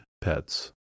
pets